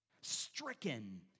stricken